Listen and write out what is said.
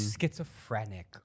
schizophrenic